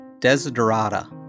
Desiderata